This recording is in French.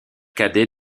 cadet